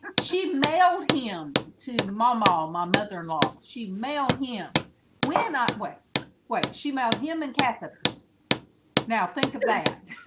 ah she mailed him him to mom all my mother-in-law she mailed him we're not wait wait, she mailed him and catheters now think of that i